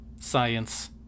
Science